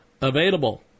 available